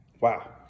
Wow